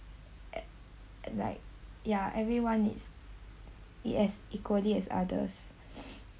eh like ya everyone needs it as equally as others